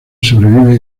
sobrevive